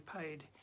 paid